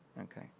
Okay